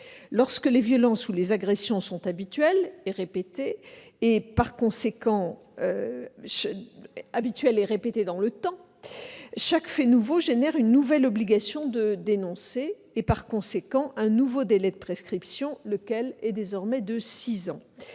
Lorsque les violences ou les agressions sont habituelles et répétées dans le temps, chaque fait nouveau crée une nouvelle obligation de dénoncer et, par conséquent, un nouveau délai de prescription, lequel est désormais de six ans.